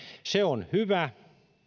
se on hyvä